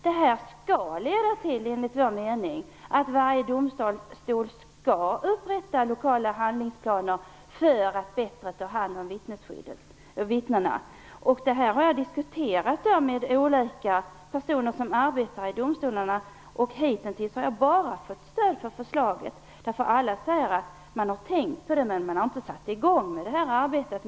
Det här skall enligt vår mening leda till att varje domstol skall upprätta lokala handlingsplaner för att bättre ta hand om vittnena. Jag har diskuterat detta med olika personer som arbetar i domstolarna. Hitintills har jag bara fått stöd för förslaget. Alla säger att man har tänkt på det, men man har inte satt i gång arbetet.